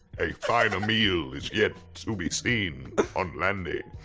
a finer meal is yet to be seen on lande.